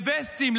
לווסטים,